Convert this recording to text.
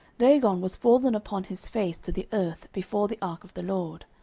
dagon was fallen upon his face to the earth before the ark of the lord.